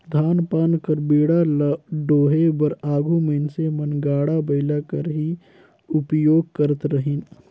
धान पान कर बीड़ा ल डोहे बर आघु मइनसे मन गाड़ा बइला कर ही उपियोग करत रहिन